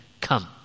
Come